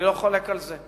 אני לא חולק על זה,